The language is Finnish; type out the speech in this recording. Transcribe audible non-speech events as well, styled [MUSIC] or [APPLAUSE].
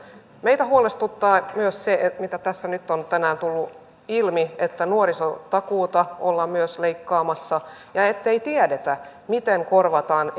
meitä huolestuttaa myös se mikä tässä nyt on tänään tullut ilmi että nuorisotakuuta ollaan myös leikkaamassa ja ja ettei tiedetä miten korvataan [UNINTELLIGIBLE]